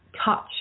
touch